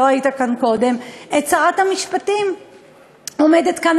לא היית כאן קודם את שרת המשפטים עומדת כאן